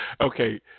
Okay